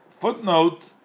footnote